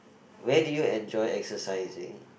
where did you enjoy exercising